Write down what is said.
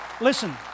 Listen